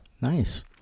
nice